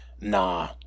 nah